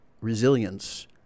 resilience